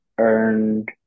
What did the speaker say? earned